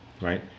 right